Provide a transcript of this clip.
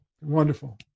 wonderful